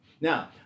Now